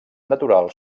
natural